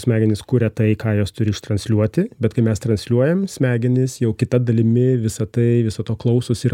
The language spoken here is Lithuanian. smegenys kuria tai ką jos turi ištransliuoti bet kai mes transliuojam smegenys jau kita dalimi visa tai viso to klausosi ir